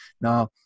Now